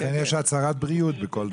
לכן יש הצהרת בריאות בכל דבר.